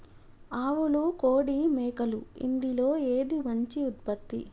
ఆవులు కోడి మేకలు ఇందులో ఏది మంచి ఉత్పత్తి?